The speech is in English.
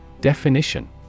Definition